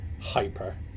hyper